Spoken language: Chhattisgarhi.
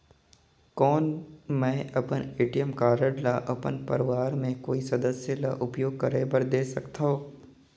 कौन मैं अपन ए.टी.एम कारड ल अपन परवार के कोई सदस्य ल उपयोग करे बर दे सकथव?